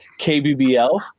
KBBL